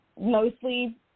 mostly